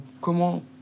comment